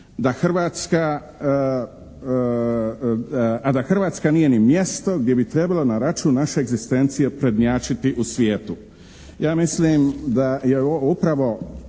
da Hrvatska nije ni mjesto gdje bi trebalo na račun naše egzistencije prednjačiti u svijetu. Ja mislim da je upravo